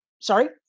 Sorry